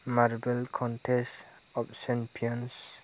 Marvel contest of champions